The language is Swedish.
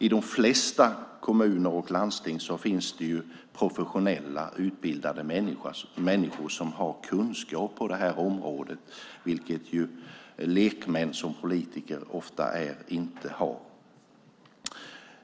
I de flesta kommuner och landsting finns professionellt utbildade människor som har kunskap på detta område, vilket lekmän som vi politiker ofta inte har.